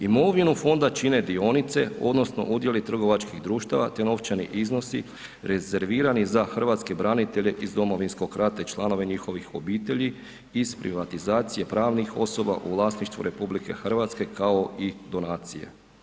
Imovinu fonda čine dionice odnosno udjeli trgovačkih društava te novčani iznosi rezervirani za hrvatske branitelje iz Domovinskog rata i članove njihovih obitelji iz privatizacije pravnih osoba u vlasništvu RH kao i donacije.